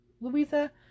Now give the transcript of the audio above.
louisa